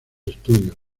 estudios